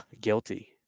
guilty